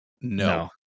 No